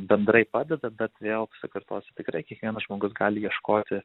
bendrai padeda bet vėl pasikartosiu tikrai kiekvienas žmogus gali ieškoti